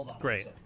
Great